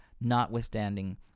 notwithstanding